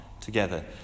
together